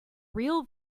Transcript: real